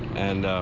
and